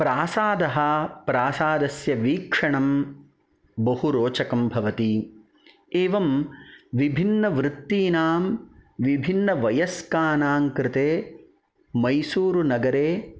प्रासादः प्रासादस्य वीक्षणं बहु रोचकं भवति एवं विभिन्नवृत्तीनां विभिन्नवयस्कानां कृते मैसूर नगरे